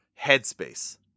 Headspace